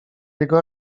jego